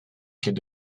qu’est